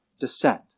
descent